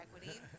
equity